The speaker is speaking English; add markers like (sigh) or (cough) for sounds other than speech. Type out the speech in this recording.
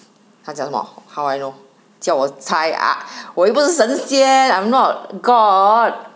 她讲什么 how I know 你叫我猜啊 (breath) 我又不是神仙 I'm not god